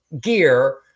gear